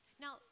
now